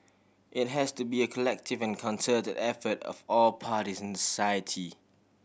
it has to be a collective and concerted effort of all parties in society